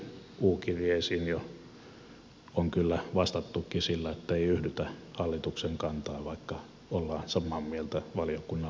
joihinkin u kirjeisiin on jo kyllä vastattukin sillä ettei yhdytä hallituksen kantaan vaikka ollaan samaa mieltä valiokunnan lausunnosta